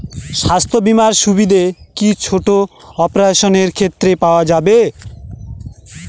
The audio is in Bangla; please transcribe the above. স্বাস্থ্য বীমার সুবিধে কি ছোট অপারেশনের ক্ষেত্রে পাওয়া যাবে?